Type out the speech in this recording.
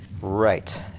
Right